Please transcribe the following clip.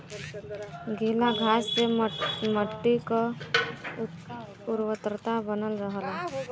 गीला घास से मट्टी क उर्वरता बनल रहला